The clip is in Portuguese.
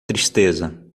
tristeza